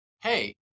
hey